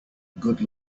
good